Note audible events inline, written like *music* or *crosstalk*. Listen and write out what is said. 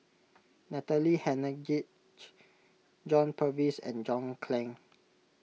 Natalie Hennedige *noise* John Purvis and John Clang